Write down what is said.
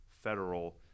federal